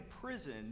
prison